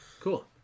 cool